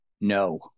No